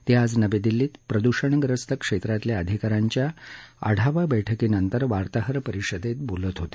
ते आज नवी दिल्लीत प्रदूषणग्रस्त क्षेत्रातल्या अधिका यांच्या आढावा बैठकीनंतर वार्ताहर परिषदेत बोलत होते